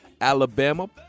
Alabama